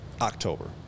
october